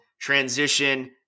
transition